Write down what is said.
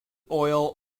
oil